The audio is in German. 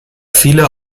viele